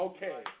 Okay